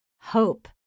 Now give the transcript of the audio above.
hope